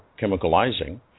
chemicalizing